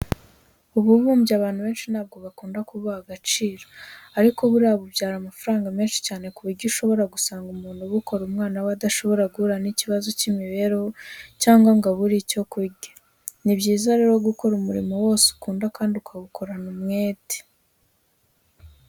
Ububumbyi abantu benshi ntabwo bakunda kubuha agaciro ariko buriya bubyara amafaranga menshi cyane ku buryo ushobora gusanga umuntu ubukora umwana we adashobora guhura n'ikibazo cy'imibereho cyangwa ngo abure ibyo kurya. Ni byiza rero gukora umurimo wose ukunda kandi ukawukorana umwete.